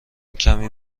کمی